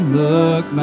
look